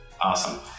Awesome